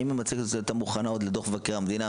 האם המצגת הזאת הייתה מוכנה עוד לדוח מבקר המדינה